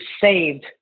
saved